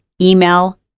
email